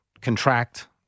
contract